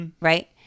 Right